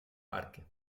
parque